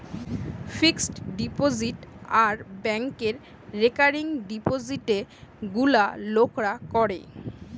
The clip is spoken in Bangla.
ফিক্সড ডিপোজিট আর ব্যাংকে রেকারিং ডিপোজিটে গুলা লোকরা করে